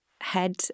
head